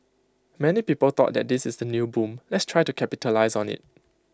many people thought that this is the new boom let's try to capitalise on IT